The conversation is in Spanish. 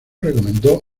recomendó